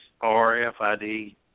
RFID